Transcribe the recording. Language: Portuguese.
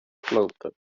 planta